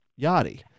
Yachty